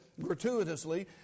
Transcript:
gratuitously